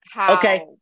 Okay